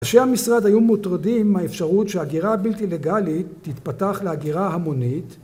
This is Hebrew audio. ראשי המשרד היו מוטרדים מהאפשרות שההגירה הבלתי לגלית תתפתח להגירה המונית